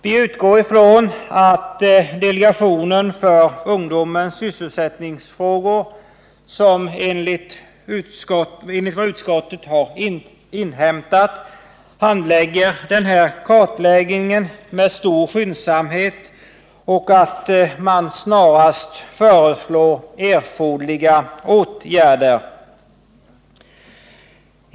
Vi utgår ifrån att delegationen för ungdomens sysselsättningsfrågor, som enligt vad utskottet inhämtat handlägger den här kartläggningen, bedriver arbetet med stor skyndsamhet och snarast föreslår erforderliga åtgärder.